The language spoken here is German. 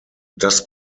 das